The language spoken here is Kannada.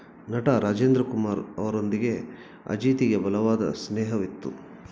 ನಟ ರಾಜೇಂದ್ರ ಕುಮಾರ್ ಅವರೊಂದಿಗೆ ಅಜಿತಿಗೆ ಬಲವಾದ ಸ್ನೇಹವಿತ್ತು